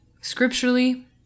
scripturally